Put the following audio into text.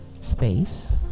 Space